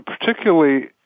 particularly